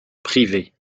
privées